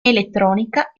elettronica